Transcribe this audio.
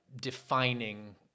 defining